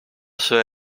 sua